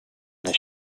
this